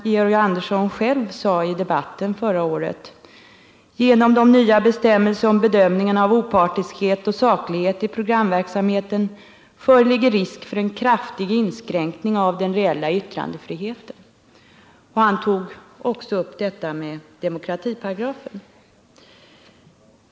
Georg Andersson sade själv i debatten förra året att genom de nya bestämmelserna om bedömningen av opartiskhet och saklighet i programverksamheten föreligger risk för en kraftig inskränkning av den reella yttrandefriheten. Han tog också upp demokratiparagrafen.